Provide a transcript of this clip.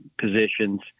positions